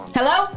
Hello